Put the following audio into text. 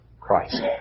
Christ